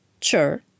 Sure